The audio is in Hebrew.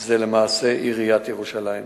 הוא למעשה עיריית ירושלים.